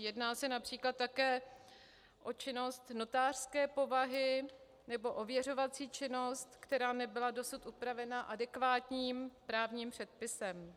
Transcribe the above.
Jedná se například také o činnost notářské povahy nebo ověřovací činnost, která nebyla dosud upravena adekvátním právním předpisem.